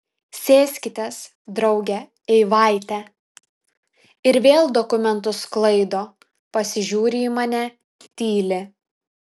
sėskitės drauge eivaite ir vėl dokumentus sklaido pasižiūri į mane tyli